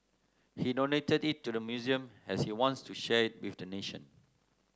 he donated it to the museum as he wants to share it with the nation